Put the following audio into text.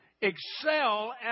Excel